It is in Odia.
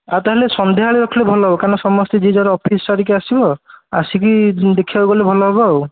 ଆଉ ତାହେଲେ ସନ୍ଧ୍ୟାବେଳେ ରଖିଲେ ଭଲ ହେବ କାହିଁକି ନା ସମସ୍ତେ ଯିଏ ଯାହାର ଅଫିସ୍ ସାରିକି ଆସିବ ଆସିକି ଦେଖିବାକୁ ଗଲେ ଭଲ ହେବ ଆଉ